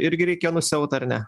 irgi reikia nusiaut ar ne